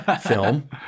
film